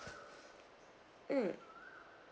mm